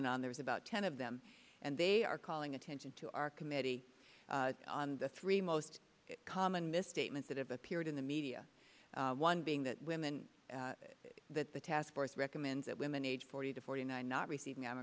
and on there's about ten of them and they are calling attention to our committee on the three most common mistake that have appeared in the media one being that women that the task force recommends that women aged forty to forty nine not receiving